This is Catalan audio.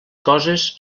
coses